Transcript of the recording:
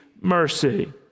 mercy